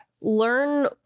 learn